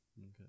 Okay